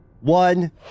one